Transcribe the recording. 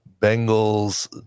Bengals